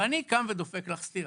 ואני קם ודופק לך סטירה.